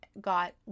got